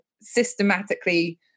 systematically